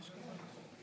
בוקר טוב.